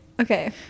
Okay